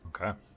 Okay